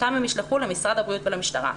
שאותם הם ישלחו למשרד הבריאות ולמשטרה,